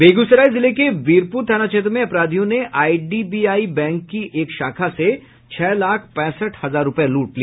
बेगूसराय जिले के वीरपुर थाना क्षेत्र में अपराधियों ने आईडीबीआई बैंक की एक शाखा से छह लाख पैंसठ हजार रुपये लूट लिए